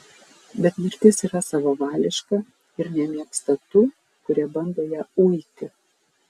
bet mirtis yra savavališka ir nemėgsta tų kurie bando ją uiti